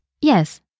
Yes